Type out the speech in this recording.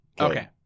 Okay